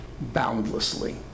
boundlessly